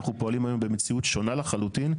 אנחנו פועלים היום במציאות שונה לחלוטין.